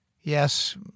Yes